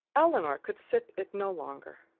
elinor could sit it no longer.